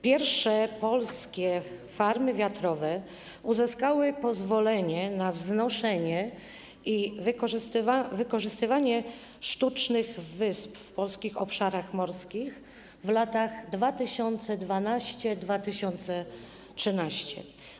Pierwsze polskie farmy wiatrowe uzyskały pozwolenie na wznoszenie i wykorzystywanie sztucznych wysp w polskich obszarach morskich w latach 2012-2013.